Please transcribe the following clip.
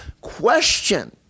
Question